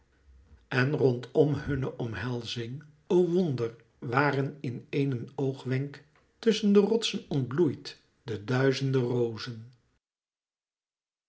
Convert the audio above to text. en rondom hunne omhelzing o wonder waren in éenen oogwenk tusschen de rotsen ontbloeid de duizende rozen